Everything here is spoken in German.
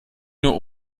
nur